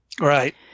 Right